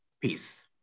Peace